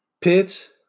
Pits